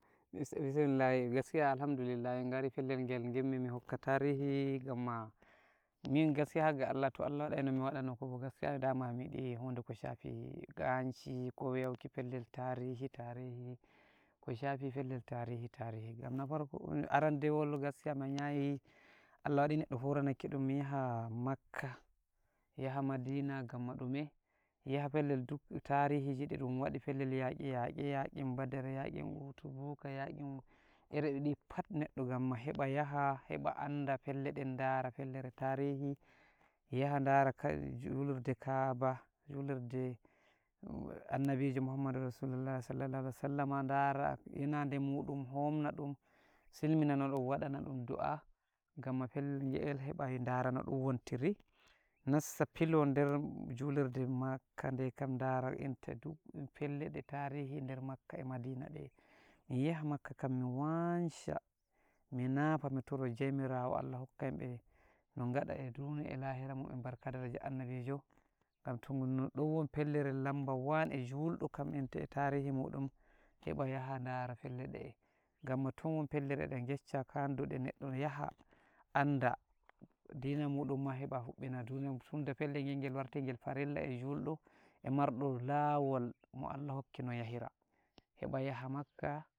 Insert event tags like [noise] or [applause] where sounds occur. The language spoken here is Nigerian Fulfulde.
Bismillahi gaskiya alhamdulillahi en gari fellel gel gimmi mi hokka tarihii gamma min gaskiya haga Allah to Allah waɗai no mi waɗa no kobo gaskiya dama mi yiɗi hunde ko shafi ganshi ko yauki fellel tarihi-tarihi ko shafi fellel tarihi-tarihi gam na farko [hesitation] arandewol gaskiya mi wanyayi Allah waɗi neɗɗo horenake ɗum miyaha makka, mi yaha madina gamma ɗume? miyaha fellel duk tarihiji di ɗun waɗi fellel yake-yake yakin badar yakin uhd, tubuka yakin [hesitation] iridi fat neɗɗo gamma heɓa yaha heɓa anda felle den dara fellere tarihi yaha dara ka-julurde ka'abah, julurde [hesitation] annabijo Muhammadur rasulullahi Sallallahu Alaihi Wasallama dara yanade muɗum homnaɗon silminanoɗon waɗanɗon du'a gamma fellel ge'el heba dara nodun wontiri nassa filo der julurde makkah de'ekam dara enta duk felle de tarihi der makkah e madina ɗe mi yaha makkah kam mi wansha mi nafa mi toro jomirawo Allah hokka yimɓe no gaɗa e duniya e lahira mun'en barka daraja annabijo gam to ɗon won fellere lamba one e julɗo kam enta e tarihi muɗun heɓa yaha dara felleɗe e gamma ton won fellere ɗen gecca kanduɗe neɗɗo yaha anda dina muɗun ma heba huɓɓina dina mun tunda fellel gel warti gel farilla e julɗo e marɗo lawolmo Allah hokki no yahira heba yaha makkah